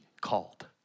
called